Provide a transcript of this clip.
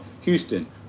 Houston